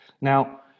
Now